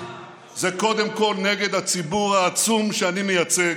זה קודם כול נגד הציבור העצום שאני מייצג.